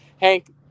hank